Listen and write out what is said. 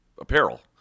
apparel